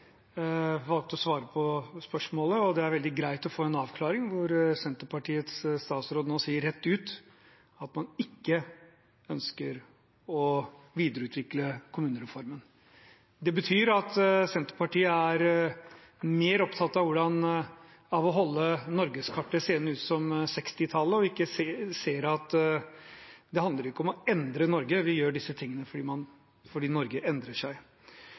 valgte å svare på spørsmålet. Det er veldig greit å få en avklaring, når Senterpartiets statsråd nå sier rett ut at man ikke ønsker å videreutvikle kommunereformen. Det betyr at Senterpartiet er mer opptatt av at norgeskartet skal se ut som på 1960-tallet, og at de ikke ser at det handler ikke om å endre Norge. Vi gjør disse tingene fordi Norge endrer seg.